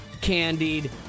candied